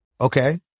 Okay